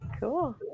Cool